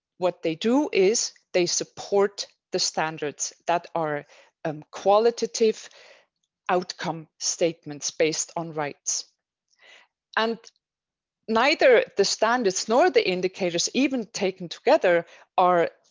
what they do is they support the standards that are a um qualitative outcome, statements based on rights and neither the standards nor the indicators even taken together are,